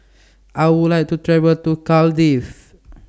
I Would like to travel to Cardiff